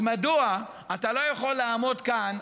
אז מדוע אתה לא יכול לעמוד כאן,